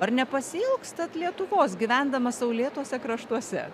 ar nepasiilgstat lietuvos gyvendamas saulėtuose kraštuose